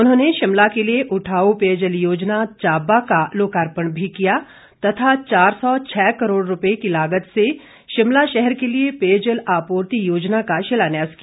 उन्होंने शिमला के लिए उठाउ पेयजल योजना चाबा का लोकार्पण भी किया तथा चार सौ छ करोड़ रूपए की लागत से शिमला शहर के लिए पेयजल आपूर्ति योजना का शिलान्यास किया